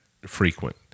frequent